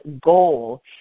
goal